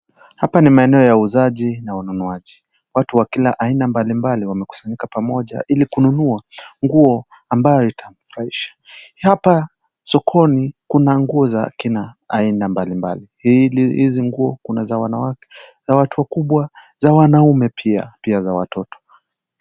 Hapa ni maeneo ya uuzaji na ununuaji watu wa kila ainambalimbali wamekusanyika ili kununua nguo ambayo itamfurahisha hapa sokoni kuna nguo kina aina mbalimbali kuna nguo za wanawake za watu wazima za wanaume pia , pia za watoto.